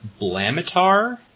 Blamitar